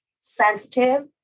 sensitive